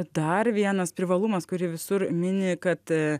dar vienas privalumas kurį visur mini kad